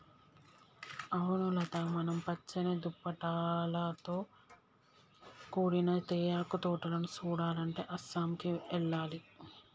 అవును లత మనం పచ్చని దుప్పటాలతో కూడిన తేయాకు తోటలను సుడాలంటే అస్సాంకి ఎల్లాలి